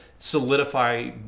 solidify